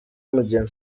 umugeni